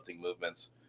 movements